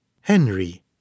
Henry